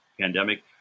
pandemic